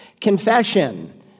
Confession